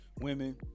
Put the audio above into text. women